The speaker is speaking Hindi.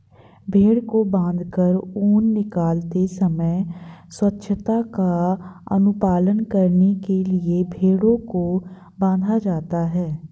भेंड़ को बाँधकर ऊन निकालते समय स्वच्छता का अनुपालन करने के लिए भेंड़ों को बाँधा जाता है